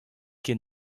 ket